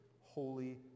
holy